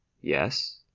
Yes